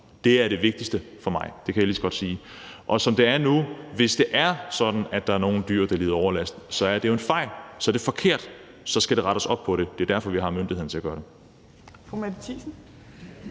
Det er det vigtigste for mig. Det kan jeg lige så godt sige. Som det er nu, er det jo sådan, at det, hvis der er nogle dyr, der lider overlast, så er en fejl, at det så er forkert, og at der så skal rettes op på det. Det er jo derfor, vi har myndigheden til at gøre det.